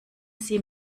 sie